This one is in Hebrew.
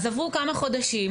אז עברו כמה חודשים,